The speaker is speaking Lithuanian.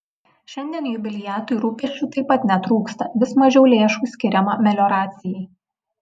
šiandien jubiliatui rūpesčių taip pat netrūksta vis mažiau lėšų skiriama melioracijai